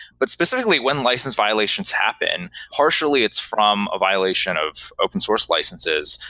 but specifically, when license violations happen, partially it's from a violation of open source licenses.